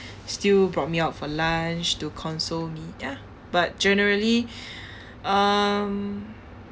still brought me out for lunch to console me ya but generally um